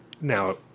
Now